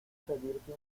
pedirte